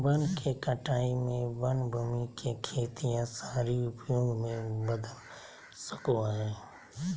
वन के कटाई में वन भूमि के खेत या शहरी उपयोग में बदल सको हइ